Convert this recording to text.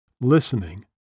listening